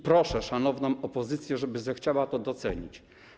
Proszę szanowną opozycję, żeby zechciała to docenić.